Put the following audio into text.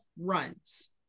runs